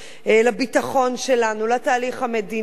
לביטחון שלנו, לתהליך המדיני.